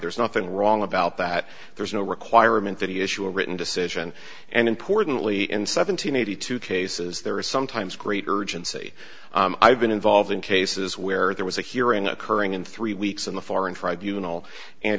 there's nothing wrong about that there's no requirement that he issue a written decision and importantly in seven hundred eighty two cases there is sometimes great urgency i've been involved in cases where there was a hearing occurring in three weeks in the foreign tribunals and